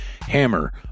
hammer